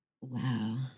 wow